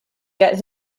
get